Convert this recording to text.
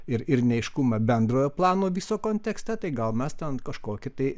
ir ir neaiškumą bendrojo plano viso kontekste tai gal mes ten kažkokį tai